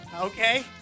Okay